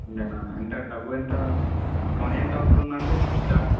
అంతేనా ఎంత డబు ఎంత మనీ ఎంత అవుతుంది అండి చార్జెస్